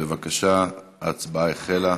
בבקשה, ההצבעה החלה.